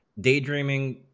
daydreaming